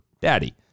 Daddy